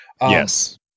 yes